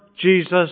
Jesus